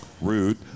Rude